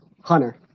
Hunter